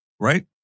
right